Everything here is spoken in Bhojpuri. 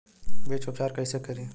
बीज उपचार कईसे करी?